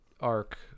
arc